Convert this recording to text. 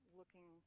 looking